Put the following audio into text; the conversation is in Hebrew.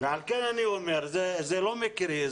על כן זה לא מקרי,